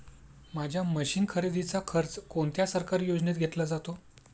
माझ्या मशीन खरेदीचा खर्च कोणत्या सरकारी योजनेत घेतला जातो?